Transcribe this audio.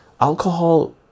Alcohol